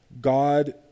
God